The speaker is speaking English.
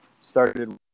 started